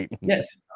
Yes